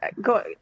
go